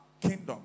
kingdom